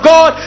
God